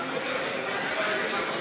היושב-ראש,